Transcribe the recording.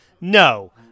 No